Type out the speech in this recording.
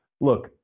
Look